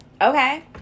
Okay